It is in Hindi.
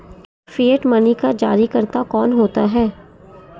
फिएट मनी का जारीकर्ता कौन होता है?